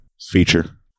feature